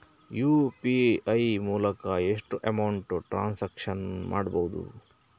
UPI ಮೂಲಕ ಎಷ್ಟು amount transaction ಮಾಡಬಹುದು?